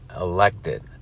elected